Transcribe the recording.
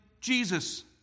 Jesus